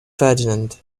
ferdinand